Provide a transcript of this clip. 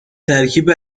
ترکیب